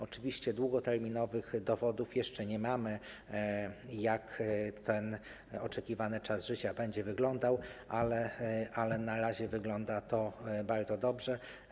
Oczywiście długoterminowych dowodów jeszcze nie mamy, jak ten oczekiwany czas życia będzie wyglądał, ale na razie wygląda to bardzo dobrze.